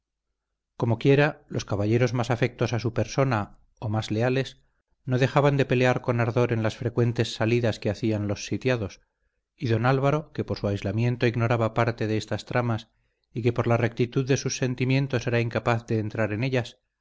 daño comoquiera los caballeros más afectos a su persona o más leales no dejaban de pelear con ardor en las frecuentes salidas que hacían los sitiados y don álvaro que por su aislamiento ignoraba parte de estas tramas y que por la rectitud de sus sentimientos era incapaz de entrar en ellas